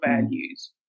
values